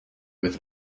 with